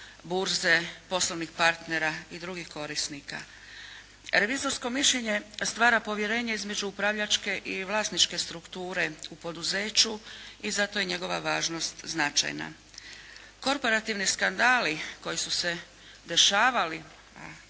burze, poslovnih partnera i drugih korisnika. Revizorsko mišljenje stvara povjerenje između upravljačke i vlasničke strukture u poduzeću i zato je njegova važnost značajna. Korporativni skandali koji su se dešavali,